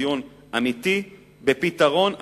דיון אמיתי ופתרון אחר.